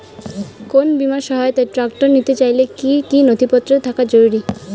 কোন বিমার সহায়তায় ট্রাক্টর নিতে চাইলে কী কী নথিপত্র থাকা জরুরি?